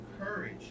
courage